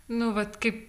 nu vat kaip